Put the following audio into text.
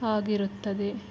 ಆಗಿರುತ್ತದೆ